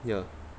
ya